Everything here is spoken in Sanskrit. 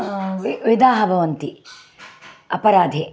वि विधाः भवन्ति अपराधे